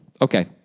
Okay